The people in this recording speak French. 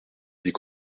est